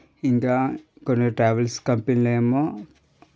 ఇంకా కొన్ని ట్రావెల్స్ కంపెనీలు ఏమో